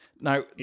now